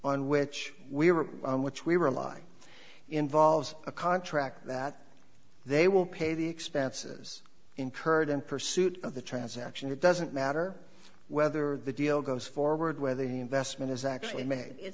on which we were on which we rely involves a contract that they will pay the expenses incurred in pursuit of the transaction it doesn't matter whether the deal goes forward whether the investment is actually ma